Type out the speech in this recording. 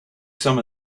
some